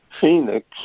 Phoenix